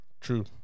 True